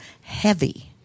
heavy